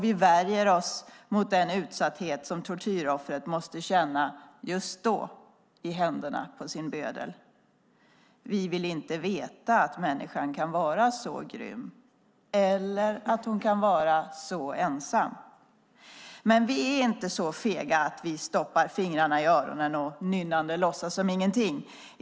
Vi värjer oss också mot den utsatthet som tortyroffret måste känna just då i händerna på sin bödel. Vi vill inte veta att människan kan vara så grym eller att hon kan vara så ensam. Vi är dock inte så fega att vi stoppar fingrarna i öronen och nynnande låtsas som ingenting.